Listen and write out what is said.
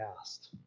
asked